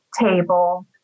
table